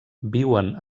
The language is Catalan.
viuen